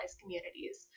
communities